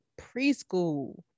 preschool